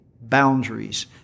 boundaries